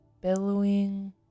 billowing